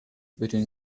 between